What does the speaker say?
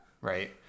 right